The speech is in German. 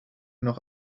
noch